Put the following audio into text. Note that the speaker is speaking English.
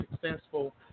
successful